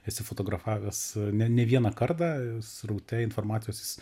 esi fotografavęs ne vieną kartą sraute informacijos vis